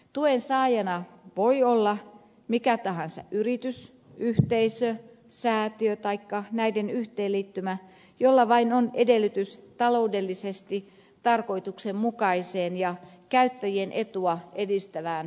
tuen saajana voi olla mikä tahansa yritys yhteisö säätiö taikka näiden yhteenliittymä jolla vain on edellytys taloudellisesti tarkoituksenmukaiseen ja käyttäjien etua edistävään palveluntarjontaan